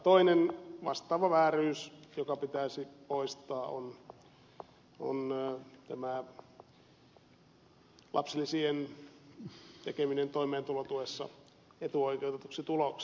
toinen vastaava vääryys joka pitäisi poistaa on lapsilisien tekeminen toimeentulotuessa etuoikeutetuksi tuloksi